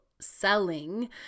selling